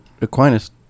Aquinas